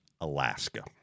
Alaska